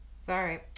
Sorry